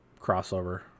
crossover